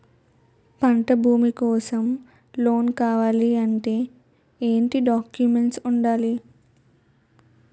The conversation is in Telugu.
పంట భూమి కోసం లోన్ కావాలి అంటే ఏంటి డాక్యుమెంట్స్ ఉండాలి?